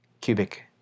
cubic